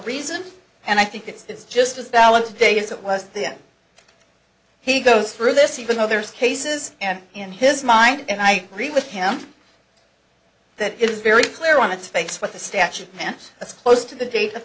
reasoned and i think it's just as valid today as it was then he goes through this even though there's cases and in his mind and i agree with him that it is very clear on its face what the statute meant it's close to the date of